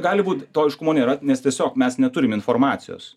gali būt to aiškumo nėra nes tiesiog mes neturim informacijos